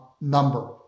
number